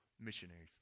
missionaries